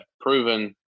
proven